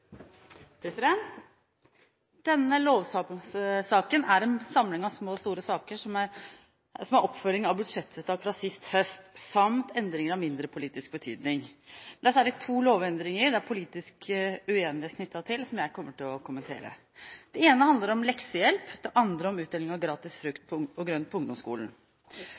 vedtatt. Denne lovsaken er en samling av små og store saker som er oppfølging av budsjettvedtak fra sist høst, samt endringer av mindre politisk betydning. Det er særlig to lovendringer det er politisk uenighet knyttet til, og som jeg kommer til å kommentere. Den ene handler om leksehjelp, den andre om utdeling av gratis frukt og